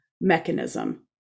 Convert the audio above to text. mechanism